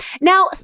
Now